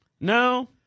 no